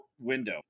window